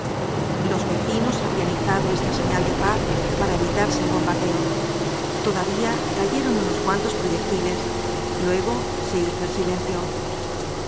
los vecinos habían izado esta señal de paz para evitarse el bombardeo todavía cayeron unos cuantos proyectiles luego se hizo el silencio